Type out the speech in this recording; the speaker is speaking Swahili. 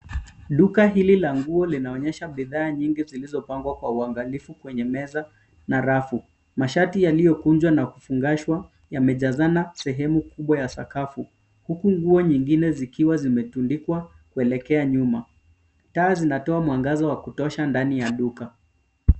Duka hili la nguo linaonyesha bidhaa nyingi zilizopangwa kwa uangalifu kwenye meza na rafu. Mashati yaliyokunjwa na kufungashwa yamejazana sehemu kubwa ya sakafu huku nguo nyingine zikiwa zimetundikwa kuelekea nyuma. Taa zinatoa mwangaza wa kutosha ndani ya duka.